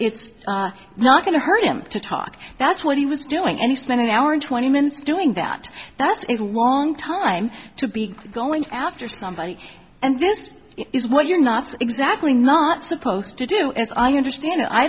it's not going to hurt him to talk that's what he was doing any spend an hour and twenty minutes doing that that's a long time to be going after somebody and this is what you're not exactly not supposed to do as i understand i